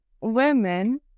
women